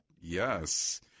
Yes